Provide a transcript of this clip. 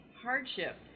hardship